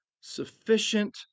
sufficient